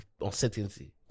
uncertainty